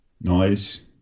noise